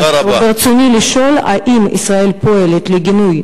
ברצוני לשאול: 1. האם ישראל פועלת לגינוי